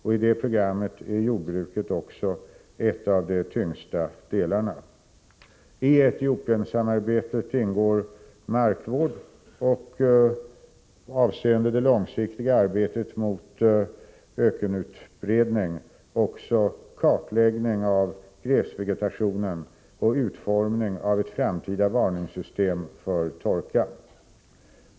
I det programmet är jordbruket också en av de tyngsta delarna. I Etiopiensamarbetet ingår markvård och, avseende det långsiktiga arbetet mot ökenutbredning, också kartläggning av gräsvegetationen och utformning av ett framtida varningssystem för torka.